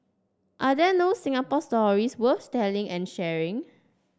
are there no Singapore stories worth telling and sharing